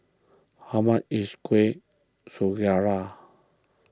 how much is Kueh